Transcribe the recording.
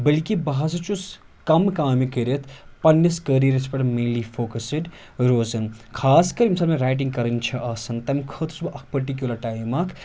بلکہ بہٕ ہَسا چھُس کم کامہِ کٔرِتھ پَنٛنِس کٔریِرَس پٮ۪ٹھ مینلی فوٚکَسٕڑ روزان خاص کر ییٚمہِ ساتہٕ مےٚ رایٹِنٛگ کَرٕنۍ چھَ آسان تَمہِ خٲطرٕ چھُس بہٕ اَکھ پٔٹِکیوٗلَر ٹایم اَکھ